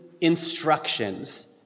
instructions